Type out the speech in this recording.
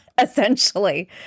essentially